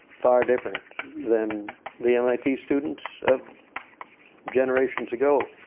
far different than the mit students of generations ago.